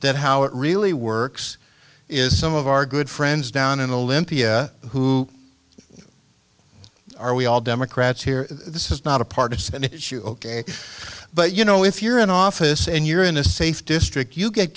that how it really works is some of our good friends down in the limpia who are we all democrats here this is not a partisan issue but you know if you're in office and you're in a safe district you get